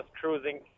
cruising